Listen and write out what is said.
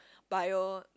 bio